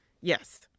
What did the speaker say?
Yes